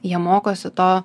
jie mokosi to